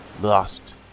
lost